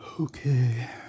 Okay